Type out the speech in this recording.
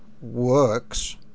works